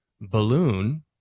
Balloon